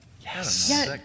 Yes